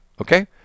okay